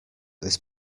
this